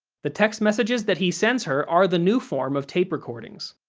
the text messages that he sends her are the new form of tape recordings.